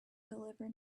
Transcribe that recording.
deliver